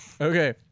Okay